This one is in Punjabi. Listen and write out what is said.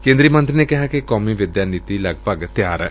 ਕੇ ਦਰੀ ਮੰਤਰੀ ਨੇ ਕਿਹਾ ਕਿ ਕੌਮੀ ਵਿਦਿਆ ਨੀਤੀ ਲਗਭਗ ਤਿਆਰ ਏ